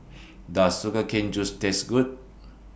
Does Sugar Cane Juice Taste Good